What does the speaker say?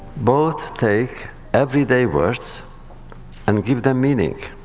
both take everyday words and give them meaning.